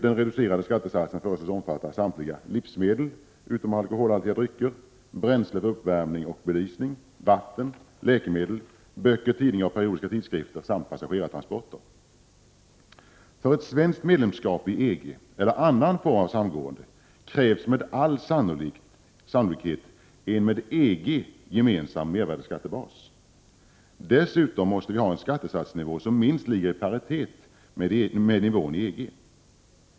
Den reducerade skattesatsen föreslås omfatta samtliga livsmedel utom alkoholhaltiga drycker, bränsle för uppvärmning och belysning, vatten, läkemedel, böcker, tidningar och periodiska tidskrifter samt passagerartransporter. För ett svenskt medlemskap i EG, eller annan form av samgående, krävs med all sannolikhet en med EG gemensam mervärdeskattebas. Vi måste dessutom ha en skattesatsnivå som åtminstone ligger i paritet med nivån inom EG.